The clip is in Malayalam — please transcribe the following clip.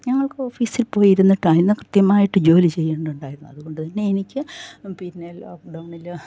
ഞങ്ങൾക്ക് ഓഫീസിൽ പോയി ഇരുന്നിട്ട് കൃത്യമായിട്ട് ജോലി ചെയ്യുന്നുണ്ടായിരുന്നു അതുകൊണ്ട് പിന്നെ എനിക്ക് പിന്നെ ലോക്ക്ഡൗണിൽ